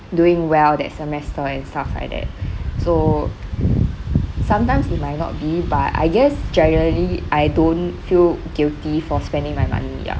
doing well that semester and stuff like that so sometimes it might not be but I guess generally I don't feel guilty for spending my money ya